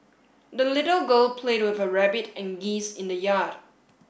the little girl played with her rabbit and geese in the yard